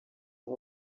aho